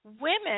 Women